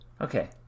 Okay